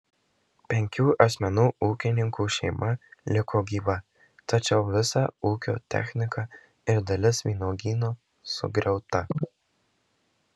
penkių asmenų ūkininkų šeima liko gyva tačiau visa ūkio technika ir dalis vynuogyno sugriauta